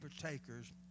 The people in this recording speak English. partakers